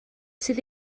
sydd